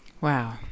Wow